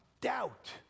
doubt